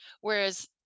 Whereas